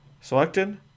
selected